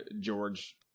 George